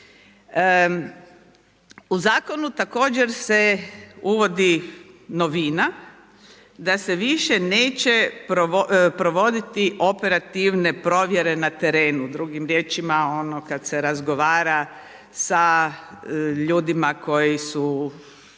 U zakonu također se uvodi novina da se više neće provoditi operativne provjere na terenu. Drugim riječima ono kada se razgovara sa ljudima koji su